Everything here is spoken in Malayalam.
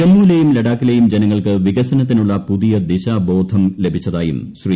ജമ്മുവിലെയും ലഡാക്കിലെയും ജനങ്ങൾക്ക് വികസനത്തിനുളള പുതിയ ദിശാബോധം ലഭിച്ചതായും ശ്രീ